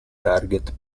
target